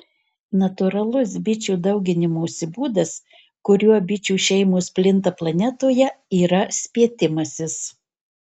natūralus bičių dauginimosi būdas kuriuo bičių šeimos plinta planetoje yra spietimasis